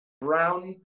brown